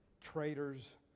traitors